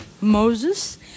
Moses